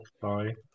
Sorry